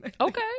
Okay